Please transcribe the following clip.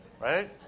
Right